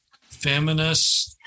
feminist